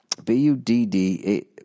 B-U-D-D